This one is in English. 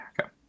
Okay